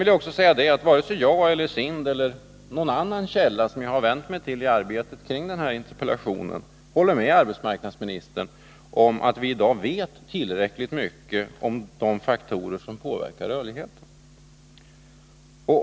Vare sig jag, SIND eller någon annan källa som jag har vänt mig till i arbetet med denna interpellation håller med arbetsmarknadsministern om att vi i dag vet tillräckligt mycket om de faktorer som påverkar rörligheten.